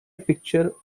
picture